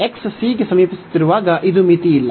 X c ಗೆ ಸಮೀಪಿಸುತ್ತಿರುವಾಗ ಇದು ಮಿತಿಯಿಲ್ಲ